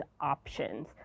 options